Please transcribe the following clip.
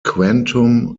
quantum